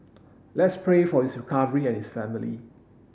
let's pray for his recovery and his family